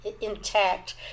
Intact